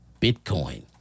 Bitcoin